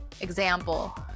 example